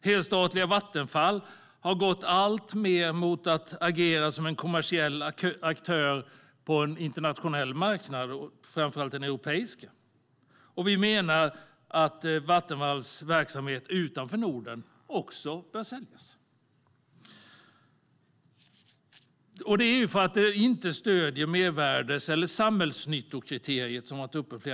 Helstatliga Vattenfall har gått alltmer mot att agera som en kommersiell aktör på den internationella och framför allt europeiska marknaden. Vi menar att Vattenfalls verksamhet utanför Norden bör säljas. Dessa verksamheter uppfyller inte mervärdes eller samhällsnyttokriteriet.